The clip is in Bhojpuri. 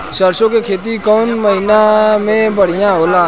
सरसों के खेती कौन महीना में बढ़िया होला?